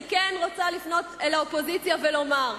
אני כן רוצה לפנות אל האופוזיציה ולומר: